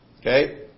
Okay